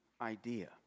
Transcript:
idea